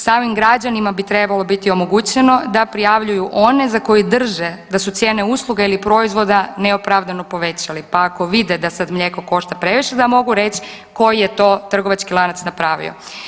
Samim građanima bi trebalo biti omogućeno da prijavljuju one za koje drže da su cijene usluga ili proizvoda neopravdano povećali, pa ako vide da sad mlijeko košta previše, da mogu reći koji je to trgovački lanac napravio.